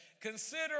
Consider